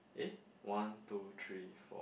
eh one two three four